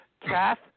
Kath